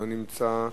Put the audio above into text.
אינו נמצא,